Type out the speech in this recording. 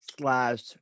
slash